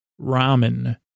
ramen